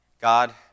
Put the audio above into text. God